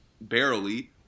barely